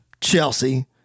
Chelsea